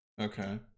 Okay